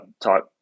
type